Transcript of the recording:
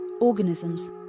organisms